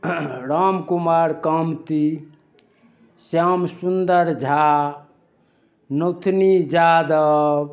Ram Kumar Kanti Shyam Sundar Jha Notni Jadav